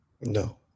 No